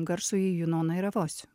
garsųjį junoną heravosi